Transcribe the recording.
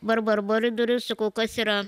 bar bar bar į duris sakau kas yra